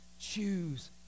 Choose